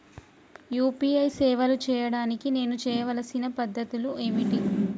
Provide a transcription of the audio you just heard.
UPI సేవలు చేయడానికి నేను చేయవలసిన పద్ధతులు ఏమిటి?